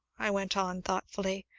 i went on thoughtfully,